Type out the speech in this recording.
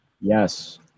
Yes